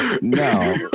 No